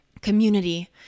community